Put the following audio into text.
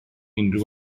unrhyw